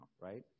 right